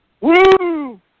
Woo